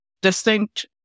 distinct